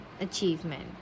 achievement